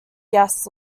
gas